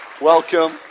Welcome